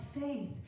faith